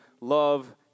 love